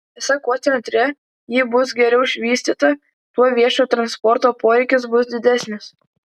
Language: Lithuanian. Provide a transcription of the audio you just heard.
esą kuo centre ji bus geriau išvystyta tuo viešojo transporto poreikis bus didesnis